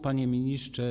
Panie Ministrze!